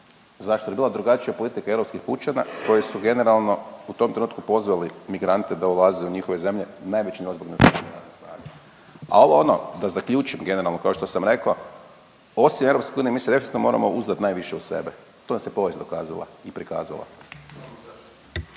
Zašto? Jer je bila drugačija politika europskih pučana koji su generalno u tom trenutku pozvali migrante da ulaze u njihove zemlje …/Govornik se ne razumije./… A ovo, da zaključim generalno kao što sam rekao osim EU mi se definitivno moramo uzdati najviše u sebi, to nam je povijest dokazala i prikazala.